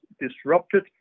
disrupted